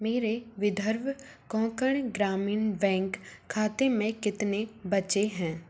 मेरे विदर्भ कोंकण ग्रामीण बैंक खाते में कितने बचे हैं